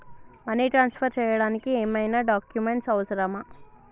Money transfer చేయడానికి ఏమైనా documents అవసరమా?